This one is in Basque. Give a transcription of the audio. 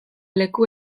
leku